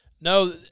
No